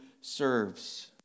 serves